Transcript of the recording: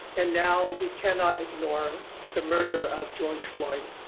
and now we cannot ignore the murder of george floyd.